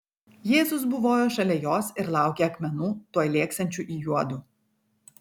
jėzus buvojo šalia jos ir laukė akmenų tuoj lėksiančių į juodu